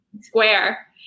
Square